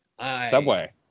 subway